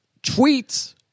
tweets